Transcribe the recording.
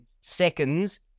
seconds